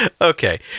Okay